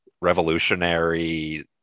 revolutionary